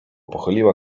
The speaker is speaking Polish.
pochyliła